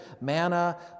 manna